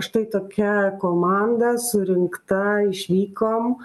štai tokia komanda surinkta išvykom